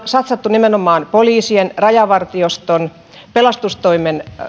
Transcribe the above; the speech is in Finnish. satsanneet nimenomaan poliisien rajavartioston pelastustoimen